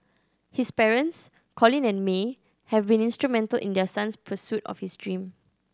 his parents Colin and May have been instrumental in their son's pursuit of his dream